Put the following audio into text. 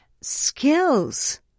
skills